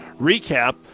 recap